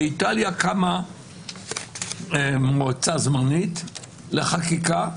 באיטליה קמה מועצה זמנית לחקיקה,